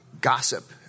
gossip